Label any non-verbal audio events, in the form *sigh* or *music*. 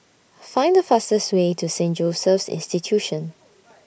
Find The fastest Way to Saint Joseph's Institution *noise*